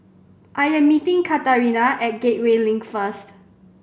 I am meeting Katharina at Gateway Link first